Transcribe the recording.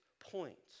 points